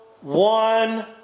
one